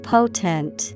Potent